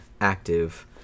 active